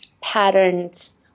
patterns